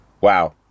Wow